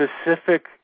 specific